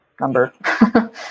number